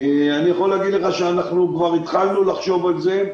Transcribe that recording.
אני יכול להגיד לך שאנחנו כבר התחלנו לחשוב על זה.